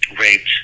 raped